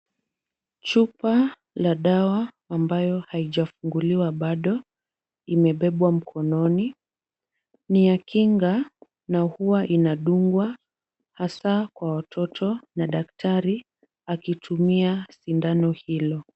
Chupa ya dawa ambayo haijafunguliwa bado imebebwa mkononi, ni ya kinga na huwa inadungwa hasa kwa watoto na daktari akitumia sindano hilo.